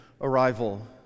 arrival